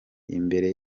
imbere